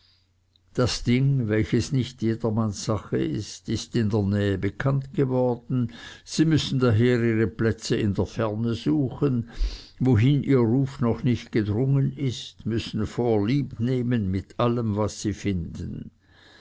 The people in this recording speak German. das ding welches nicht jedermanns sache ist ist in der nähe bekannt geworden sie müssen daher ihre platze in der ferne suchen wohin ihr ruf noch nicht gedrungen ist müssen vorlieb nehmen mit allem was sie finden